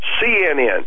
CNN